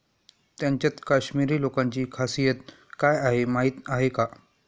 त्यांच्यात काश्मिरी लोकांची खासियत काय आहे माहीत आहे का?